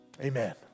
amen